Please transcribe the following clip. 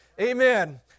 Amen